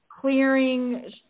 clearing